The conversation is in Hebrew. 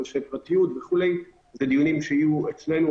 אנשי פרטיות וכו' זה דיונים שיהיו אצלנו,